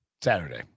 Saturday